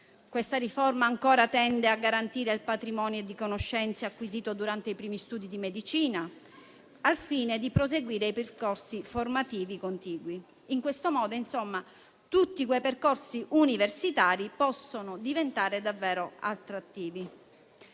Questa riforma, ancora, tende a garantire il patrimonio di conoscenze acquisito durante i primi studi di medicina al fine di proseguire i percorsi formativi contigui. In questo modo, insomma, tutti quei percorsi universitari possono diventare davvero attrattivi.